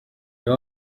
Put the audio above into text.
hano